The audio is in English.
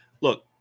Look